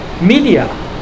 media